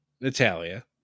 Natalia